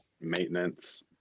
maintenance